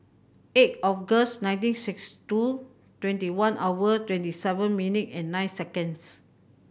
eighth August nineteen sixty two twenty one hour twenty seven minute and nine seconds